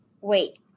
Wait